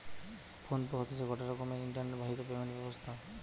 phone pay হতিছে গটে রকমের ইন্টারনেট বাহিত পেমেন্ট ব্যবস্থা